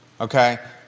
okay